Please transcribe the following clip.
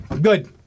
Good